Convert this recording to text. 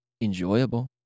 enjoyable